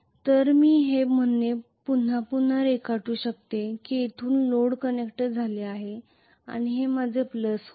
तर मी हे म्हणणे पुन्हा पुन्हा रेखाटू शकतो की येथून लोड कनेक्ट झाले आहे आणि हे माझे प्लस होईल